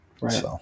Right